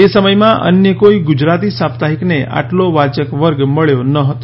એ સમયમાં અન્ય કોઈ ગુજરાતી સાપ્તાહિકને આટલો વાંચકવર્ગ મળ્યો ન હતો